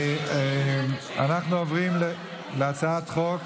אנחנו עוברים להצעת חוק